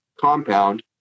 compound